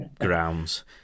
grounds